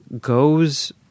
goes